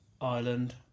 Ireland